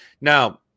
now